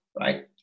right